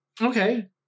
Okay